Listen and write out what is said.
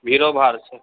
भीड़ो भार छै